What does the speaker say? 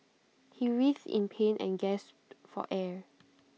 he writhed in pain and gasped for air